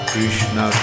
Krishna